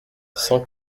cent